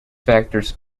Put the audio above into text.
factors